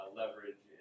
leverage